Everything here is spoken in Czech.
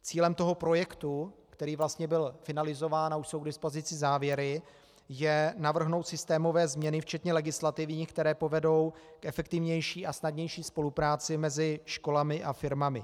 Cílem toho projektu, který vlastně byl finalizován, a už jsou k dispozici závěry, je navrhnout systémové změny včetně legislativních, které povedou k efektivnější a snadnější spolupráci mezi školami a firmami.